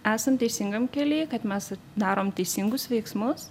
esam teisingam kely kad mes darom teisingus veiksmus